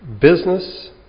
business